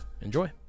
enjoy